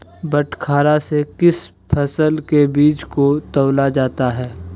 बटखरा से किस फसल के बीज को तौला जाता है?